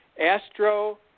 astro